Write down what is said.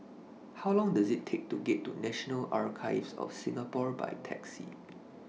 How Long Does IT Take to get to National Archives of Singapore By Taxi